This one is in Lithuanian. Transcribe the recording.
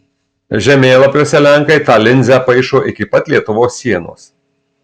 žemėlapiuose lenkai tą linzę paišo iki pat lietuvos sienos